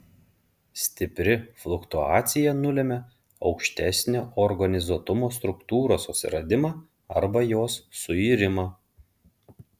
stipri fluktuacija nulemia aukštesnio organizuotumo struktūros atsiradimą arba jos suirimą